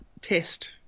test